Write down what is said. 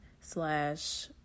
slash